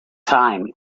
time